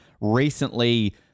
recently